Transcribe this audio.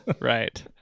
right